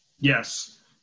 Yes